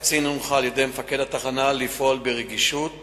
הקצין הונחה על-ידי מפקד התחנה לפעול ברגישות